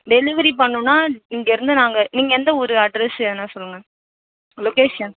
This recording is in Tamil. டெலிவரி பண்ணுன்னால் இங்கேருந்து நாங்கள் நீங்கள் எந்த ஊர் அட்ரஸு எதுனால் சொல்லுங்கள் லொகேஷன்